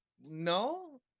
No